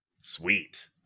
Sweet